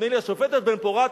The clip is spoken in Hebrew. נדמה לי השופטת בן-פורת,